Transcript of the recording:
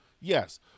Yes